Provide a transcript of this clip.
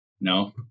no